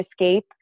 escape